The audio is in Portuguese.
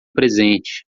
presente